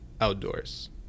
outdoors